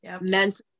mentally